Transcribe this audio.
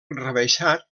rebaixat